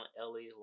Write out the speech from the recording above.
Ellie